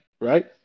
Right